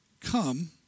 come